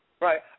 Right